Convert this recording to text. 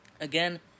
again